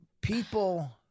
people